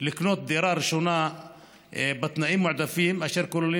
לקנות דירה ראשונה בתנאים מועדפים אשר כוללים